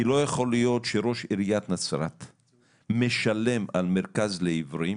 כי לא יכול להיות שראש עיריית נצרת משלם על מרכז לעיוורים